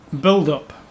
build-up